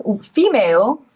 female